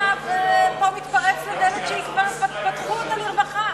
אתה פה מתפרץ לדלת שכבר פתחו אותה לרווחה.